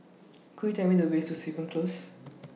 Could YOU Tell Me The Way to Stevens Close